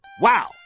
Wow